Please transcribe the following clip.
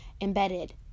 embedded